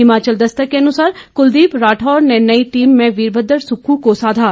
हिमाचल दस्तक के अनुसार कुलदीप राठौर ने नई टीम में वीरभद्र सुक्खू को साधा